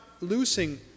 losing